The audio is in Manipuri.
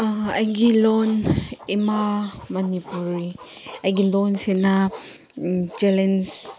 ꯑꯩꯒꯤ ꯂꯣꯟ ꯏꯃꯥ ꯃꯅꯤꯄꯨꯔꯤ ꯑꯩꯒꯤ ꯂꯣꯟꯁꯤꯅ ꯆꯦꯂꯦꯟꯁ